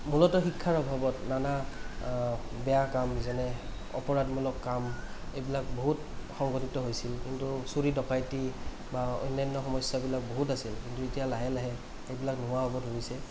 মূলতঃ শিক্ষাৰ অভাৱত নানা বেয়া কাম যেনে অপৰাধমূলক কাম সেইবিলাক বহুত সংঘটিত হৈছিল কিন্তু চুৰি ডকাইতি বা অন্য়ান্য় সমস্য়াবিলাক বহুত আছিল কিন্তু এতিয়া লাহে লাহে সেইবিলাক নোহোৱা হ'ব ধৰিছে